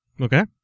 Okay